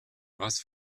was